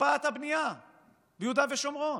הקפאת הבנייה ביהודה ושומרון,